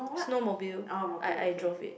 snowmobile I I drove it